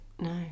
No